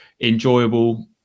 enjoyable